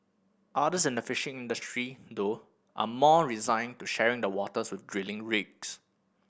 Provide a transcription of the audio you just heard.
others in the fishing industry though are more resigned to sharing the waters with drilling rigs